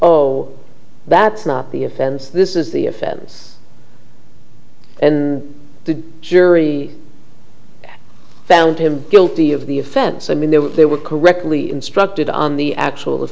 oh that's not the offense this is the offense the jury found him guilty of the offense i mean there were there were correctly instructed on the actual